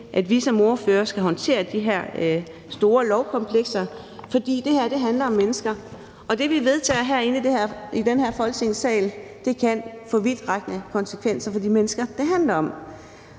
at vi som ordførere skal håndtere de her store lovkomplekser. Det her handler om mennesker, og det, vi vedtager herinde i den her Folketingssal, kan få vidtrækkende konsekvenser for de mennesker, det handler om.